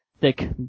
thick